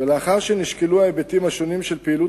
ולאחר שנשקלו ההיבטים השונים של פעילות